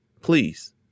please